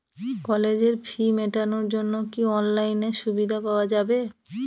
কলেজের ফি মেটানোর জন্য কি অনলাইনে সুবিধা পাওয়া যাবে?